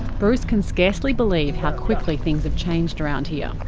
bruce can scarcely believe how quickly things have changed around here.